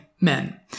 men